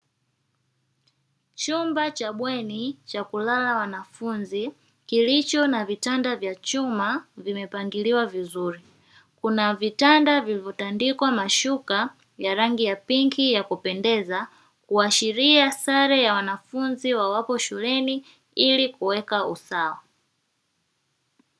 Chumba cha bweni cha kulala wanafunzi, kilicho na vitanda vya chuma vimepangiliwa vizuri, kuna vitanda vilivyo tandikwa mashuka ya rangi ya pinki ya kupendeza, kuashilia sare ya wanafunzi wawapo shuleni ili kuleta usawa.